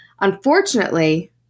unfortunately